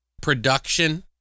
production